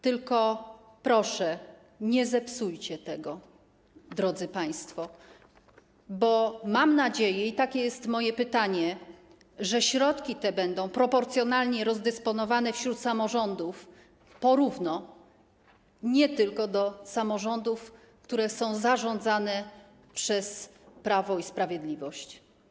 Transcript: Tylko proszę, nie zepsujcie tego, drodzy państwo, bo mam nadzieję - i takie jest moje pytanie - że środki te będą proporcjonalnie rozdysponowane wśród samorządów - po równo, nie trafią tylko do samorządów, które są zarządzane przez Prawo i Sprawiedliwość.